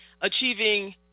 Achieving